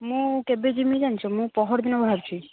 ମୁଁ କେବେ ଯିବି ଜାଣିଛ ମୁଁ ପହରଦିନ ବାହାରୁଛି